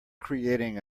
creating